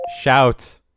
Shout